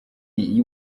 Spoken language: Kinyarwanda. iyi